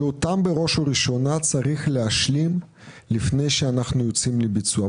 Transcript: שאותן בראש ובראשונה צריך להשלים לפני שאנחנו יוצאים לביצוע.